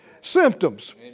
symptoms